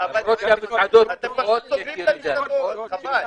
אבל אתם סוגרים את המסעדות, חבל.